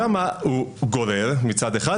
שם הוא גורר מצד אחד,